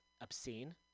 obscene